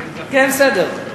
כן, בסדר.